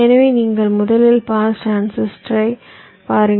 எனவே நீங்கள் முதலில் பாஸ் டிரான்சிஸ்டரைப் பாருங்கள்